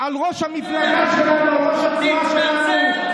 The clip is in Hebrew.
על ראש המפלגה שלנו ועל ראש התנועה שלנו,